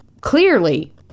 clearly